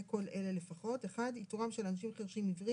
כל אלה לפחות: איתורם של אנשים חירשים-עיוורים.